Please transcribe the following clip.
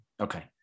Okay